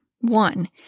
One